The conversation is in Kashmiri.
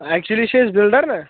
ایٚکچُلی چھِ أسۍ بِلڈر نا